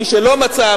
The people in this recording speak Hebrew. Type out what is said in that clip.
מי שלא מצא,